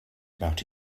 about